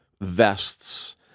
vests